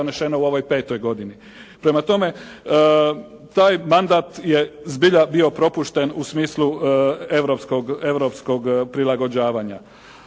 Prema tome taj mandat je zbilja bio propušten u smislu europskog prilagođavanja.